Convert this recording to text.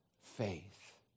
Faith